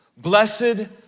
Blessed